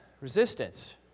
resistance